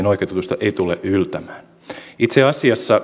oikeutetuista ei tule yltämään itse asiassa